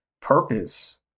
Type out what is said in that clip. purpose